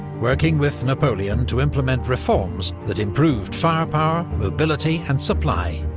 working with napoleon to implement reforms that improved firepower, mobility and supply.